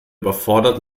überfordert